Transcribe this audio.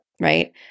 right